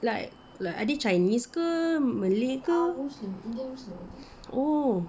like like are they chinese ke malay ke oh